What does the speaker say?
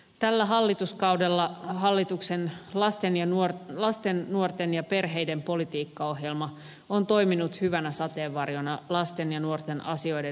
tällä hallituskaudella hallituksen lasten nuorten ja perheiden politiikkaohjelma on toiminut hyvänä sateenvarjona lasten ja nuorten asioiden edistämisessä